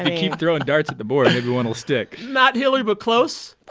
and keep throwing darts at the board maybe one will stick not hillary, but close.